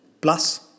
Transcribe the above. plus